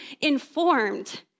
informed